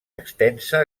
extensa